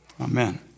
amen